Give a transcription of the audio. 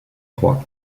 trois